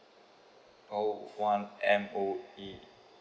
call one M_O_E